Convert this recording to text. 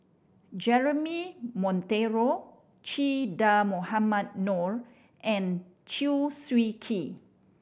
Jeremy Monteiro Che Dah Mohamed Noor and Chew Swee Kee